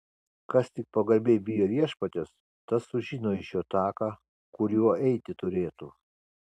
kas tik pagarbiai bijo viešpaties tas sužino iš jo taką kuriuo eiti turėtų